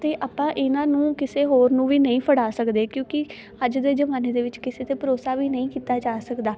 ਅਤੇ ਆਪਾਂ ਇਹਨਾਂ ਨੂੰ ਕਿਸੇ ਹੋਰ ਨੂੰ ਵੀ ਨਹੀਂ ਫੜਾ ਸਕਦੇ ਕਿਉਂਕਿ ਅੱਜ ਦੇ ਜ਼ਮਾਨੇ ਦੇ ਵਿੱਚ ਕਿਸੇ 'ਤੇ ਭਰੋਸਾ ਵੀ ਨਹੀਂ ਕੀਤਾ ਜਾ ਸਕਦਾ